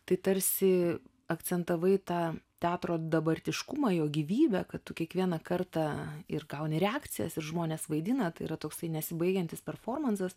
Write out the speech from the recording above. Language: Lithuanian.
tai tarsi akcentavai tą teatro dabartiškumą jo gyvybę kad tu kiekvieną kartą ir gauni reakcijas ir žmonės vaidina tai yra toksai nesibaigiantis performansas